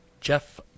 Jeff